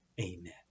amen